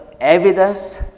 evidence